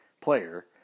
player